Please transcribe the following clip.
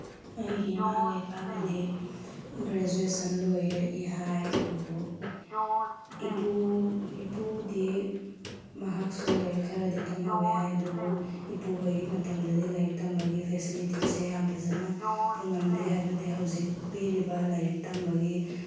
ꯑꯩꯒꯤ ꯏꯃꯥꯒ ꯏꯄꯥꯒꯗꯤ ꯒ꯭ꯔꯦꯖꯨꯋꯦꯁꯟ ꯂꯣꯏꯔꯛꯏ ꯍꯥꯏ ꯑꯗꯨꯕꯨ ꯏꯄꯨ ꯏꯄꯨꯗꯤ ꯃꯍꯥꯛꯁꯨ ꯂꯥꯏꯔꯤꯛ ꯈꯔꯗꯤ ꯇꯝꯍꯧꯋꯤ ꯍꯥꯏ ꯑꯗꯨꯕꯨ ꯏꯄꯨꯈꯣꯏꯒꯤ ꯃꯇꯝꯗꯗꯤ ꯂꯥꯏꯔꯤꯛ ꯇꯝꯕꯒꯤ ꯐꯦꯁꯤꯂꯤꯇꯤꯁꯦ ꯌꯥꯝ ꯐꯖꯅ ꯐꯪꯉꯝꯗꯦ ꯍꯥꯏꯕꯗꯤ ꯍꯧꯖꯤꯛ ꯄꯤꯔꯤꯕ ꯂꯥꯏꯔꯤꯛ ꯇꯝꯕꯒꯤ